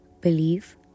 Believe